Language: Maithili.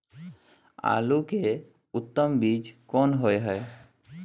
आलू के उत्तम बीज कोन होय है?